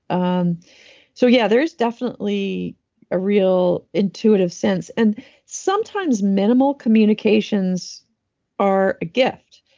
um so, yeah. there is definitely a real intuitive sense. and sometimes minimal communications are a gift.